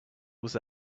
was